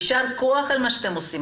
יישר כוח על מה שאתם עושים.